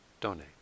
donate